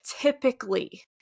Typically